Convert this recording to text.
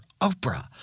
Oprah